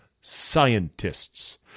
scientists